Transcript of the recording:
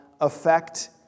affect